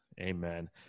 Amen